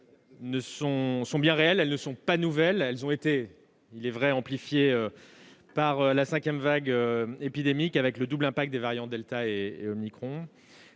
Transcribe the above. sont bien réelles, et elles ne sont pas nouvelles. Il est vrai qu'elles ont été amplifiées par la cinquième vague épidémique, avec le double impact des variants delta et omicron,